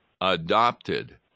adopted